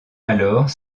alors